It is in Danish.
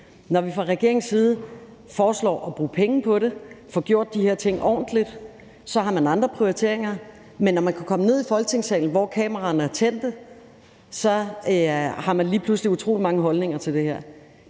når vi fra regeringens side foreslår at bruge penge på det og få gjort de her ting ordentligt, så har man andre prioriteringer. Men når man kan komme ned i Folketingssalen, hvor kameraerne er tændte, har man lige pludselig utrolig mange holdninger til det her.